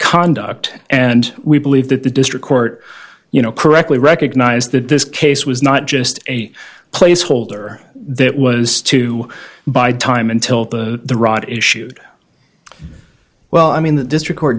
conduct and we believe that the district court you know correctly recognized that this case was not just a placeholder that was to buy time until the rot issued well i mean the district